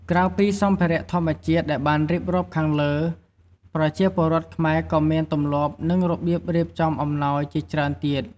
ក្រៅពីសម្ភារៈធម្មជាតិដែលបានរៀបរាប់ខាងលើ ប្រជាពលរដ្ឋខ្មែរក៏មានទម្លាប់ និងរបៀបរៀបចំអំណោយជាច្រើនទៀត។